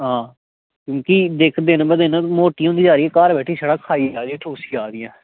क्योंकि दिक्ख दिन ब दिन मोटी होंदी जा दी ऐ घर बेहियै छड़ा खाई जा दी ऐ ठूसी जा करदी ऐ